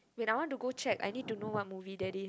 wait I want to go check I need to know what movie that is